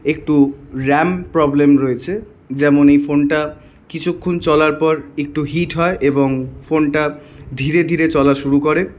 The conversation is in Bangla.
একটু র্যাম প্রবলেম রয়েছে যেমন এই ফোনটা কিছুক্ষণ চলার পর একটু হিট হয় এবং ফোনটা ধীরে ধীরে চলা শুরু করে